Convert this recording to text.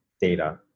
data